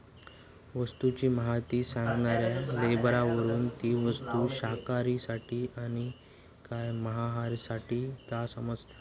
वस्तूची म्हायती सांगणाऱ्या लेबलावरून ती वस्तू शाकाहारींसाठी आसा काय मांसाहारींसाठी ता समाजता